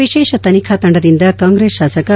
ವಿಶೇಷ ತನಿಖಾ ತಂಡದಿಂದ ಕಾಂಗ್ರೆಸ್ ಶಾಸಕ ಆರ್